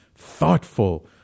thoughtful